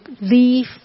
leave